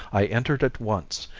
i entered at once,